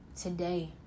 today